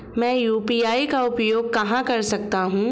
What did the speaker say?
मैं यू.पी.आई का उपयोग कहां कर सकता हूं?